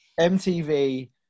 MTV